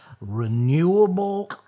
renewable